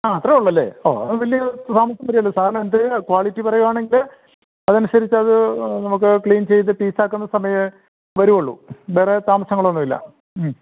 ആ അത്രെയും ഉള്ളല്ലെ ഓ അത് വലിയ താമസം വരികയില്ല സാറ് എന്തേലും ക്വാളിറ്റി പറയുകയാണെങ്കിൽ അതനുസരിച്ച് അത് നമുക്ക് ക്ലീൻ ചെയ്ത് പീസാക്കുന്ന സമയമേ വരികയുള്ളു വേറേ താമസങ്ങളൊന്നും ഇല്ല മ്മ്